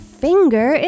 finger